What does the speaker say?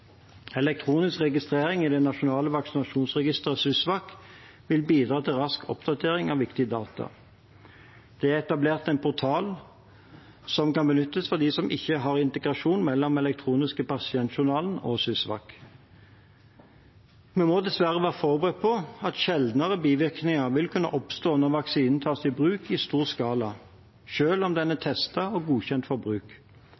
Elektronisk registrering i det nasjonale vaksinasjonsregisteret SYSVAK vil bidra til rask oppdatering av viktige data. Det er etablert en portal som kan benyttes av dem som ikke har integrasjon mellom den elektroniske pasientjournalen og SYSVAK. Vi må dessverre være forberedt på at sjeldne bivirkninger vil kunne oppstå når vaksinen tas i bruk i stor skala, selv om den er testet og godkjent for bruk.